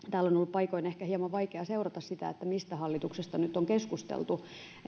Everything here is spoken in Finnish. paikoin ehkä hieman vaikea seurata mistä hallituksesta nyt on keskusteltu